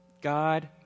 God